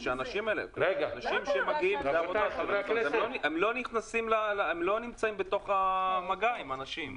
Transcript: הם לא נמצאים במגע עם אנשים.